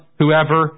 whoever